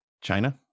China